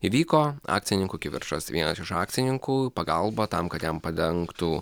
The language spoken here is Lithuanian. įvyko akcininkų kivirčas vienas iš akcininkų pagalba tam kad jam padengtų